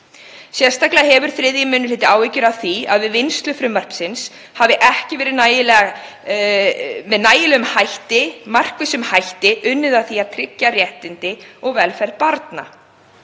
Sérstaklega hefur 3. minni hluti áhyggjur af því að við vinnslu frumvarpsins hafi ekki með nægilega markvissum hætti verið unnið að því að tryggja réttindi og velferð barna.